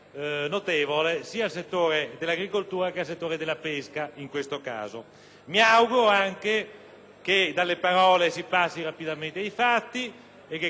che dalle parole si passi rapidamente ai fatti e che quindi il rappresentante del Governo possa confermarci che nella prospettiva anche di una proposta di legge di